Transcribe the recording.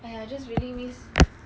dribble damn bad !wah!